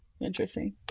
interesting